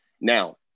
Now